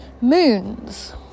moons